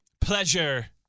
Pleasure